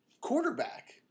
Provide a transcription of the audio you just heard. quarterback